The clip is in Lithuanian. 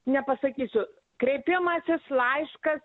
nepasakysiu kreipimasis laiškas